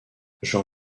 jean